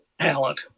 talent